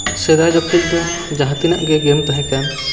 ᱥᱮᱫᱟᱭ ᱡᱚᱠᱷᱮᱡ ᱫᱚ ᱡᱟᱦᱟᱸ ᱛᱤᱱᱟᱹᱜ ᱜᱮ ᱜᱮᱢ ᱛᱟᱦᱮᱠᱟᱱ